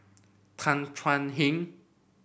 Tan Thuan Heng